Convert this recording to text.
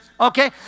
okay